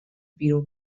بیرون